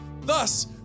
Thus